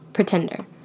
Pretender